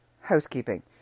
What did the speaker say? housekeeping